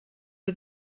nhw